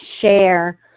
share